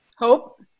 Hope